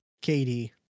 katie